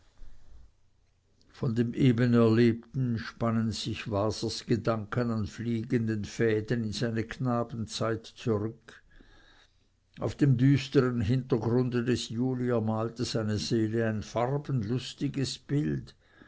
von dem eben erlebten spannen sich wasers gedanken an fliegenden fäden in seine knabenzeit zurück auf dem düstern hintergrunde des julier malte seine seele ein farbenlustiges bild